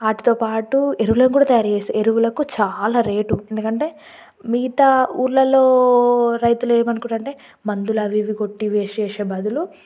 వాటితో పాటు ఎరువులను కూడా తయారు చేసి ఎరువులకు చాలా రేటు ఎందుకంటే మిగతా ఊర్లలో రైతులు ఏమనుకుంటారంటే మందులవి ఇవి కొట్టి వేస్ట్ చేసే బదులు